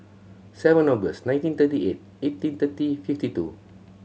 seven August nineteen thirty eight eighteen thirty fifty two